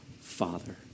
Father